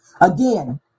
Again